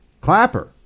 Clapper